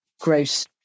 gross